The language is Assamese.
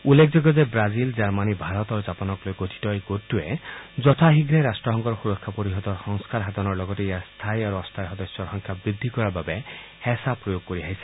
উল্লেখযোগ্য যে ৱাজিল জাৰ্মানী ভাৰত আৰু জাপানক লৈ গঠিত এই ৰাট্ট গোটটোৱে যথাশীঘ্ৰে ৰাট্টসংঘৰ সুৰক্ষা পৰিয়দৰ সংস্থাৰ সাধনৰ লগতে ইয়াৰ স্থায়ী আৰু অনাস্থায়ী সদস্যৰ সংখ্যা বৃদ্ধি কৰাৰ বাবে হেঁচা প্ৰয়োগ কৰি আহিছে